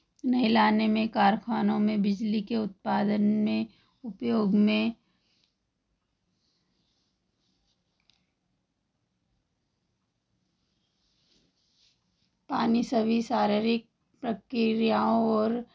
नहलाने में कारखानों में बिजली के उत्पादन के उपयोग में पानी सभी शारीरिक प्रक्रियाओं और